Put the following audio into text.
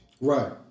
Right